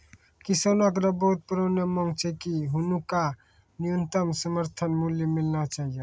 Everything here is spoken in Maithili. किसानो केरो बहुत पुरानो मांग छै कि हुनका न्यूनतम समर्थन मूल्य मिलना चाहियो